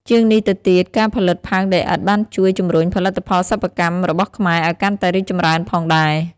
ជាងនេះទៅទៀត ការផលិតផើងដីឥដ្ឋបានជួយ ជំរុញផលិតផលសិប្បកម្មរបស់ខ្មែរ ឲ្យកាន់តែរីកចម្រើនផងដែរ។